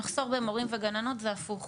במחסור במורים וגננות זה הפוך.